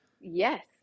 Yes